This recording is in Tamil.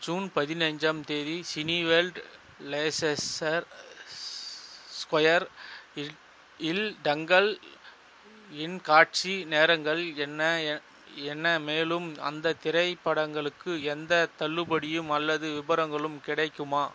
ஜூன் பதினைஞ்சாம் தேதி சினிவேர்ல்டு லெய்செஸ்ஸர் ஸ்கொயர் இல் இல் டங்கல் இன் காட்சி நேரங்கள் என்ன எ என்ன மேலும் அந்த திரை படங்களுக்கு எந்த தள்ளுபடியும் அல்லது விவரங்களும் கிடைக்குமா